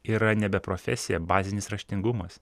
yra nebe profesija bazinis raštingumas